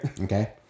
Okay